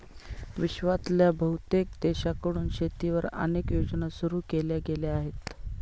विश्वातल्या बहुतेक देशांकडून शेतीवर अनेक योजना सुरू केल्या गेल्या आहेत